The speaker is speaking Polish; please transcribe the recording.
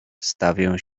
stawię